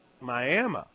Miami